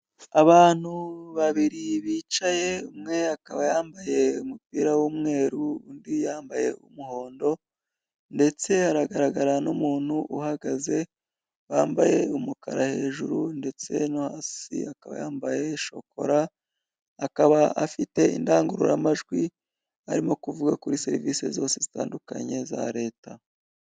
Abantu babiri bicaye umwe akaba yambaye umupira w'umweru undi yambaye uw'umuhondo ndetse haragaragara n'umuntu uhagaze wambaye umukara hejuru, ndetse no hasi akaba yambaye shokora akaba afite indangururamajwi arimo kuvuga kuri serivisi zose zitandukanye za leta.